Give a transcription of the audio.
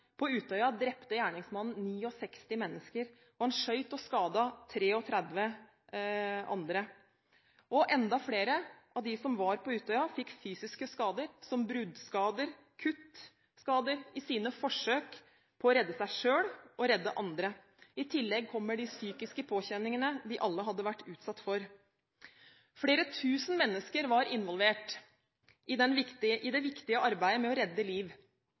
På Utøya drepte gjerningsmannen 69 mennesker. Han skjøt og skadet 33 andre. Enda flere av dem som var på Utøya, fikk fysiske skader, som bruddskader og kuttskader i sine forsøk på å redde seg selv og andre. I tillegg kommer de psykiske påkjenningene de alle hadde vært utsatt for. Flere tusen mennesker var involvert i det viktige arbeidet med å redde liv.